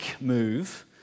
move